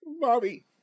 Bobby